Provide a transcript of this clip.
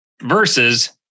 versus